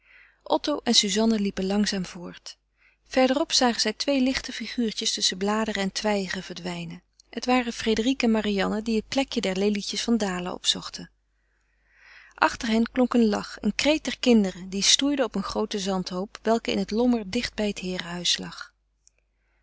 otto en suzanne liepen langzaam voort verder op zagen zij twee lichte figuurtjes tusschen bladeren en twijgen verdwijnen het waren frédérique en marianne die het plekje der lelietjes van dalen opzochten achter hen klonk een lach een kreet der kinderen die stoeiden op een grooten zandhoop welke in het lommer dicht bij het heerenhuis lag